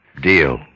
Deal